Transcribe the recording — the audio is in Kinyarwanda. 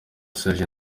serge